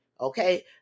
okay